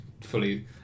fully